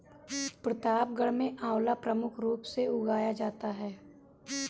प्रतापगढ़ में आंवला प्रमुख रूप से उगाया जाता है